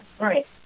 Right